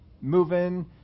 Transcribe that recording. moving